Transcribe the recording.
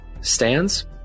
stands